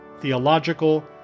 theological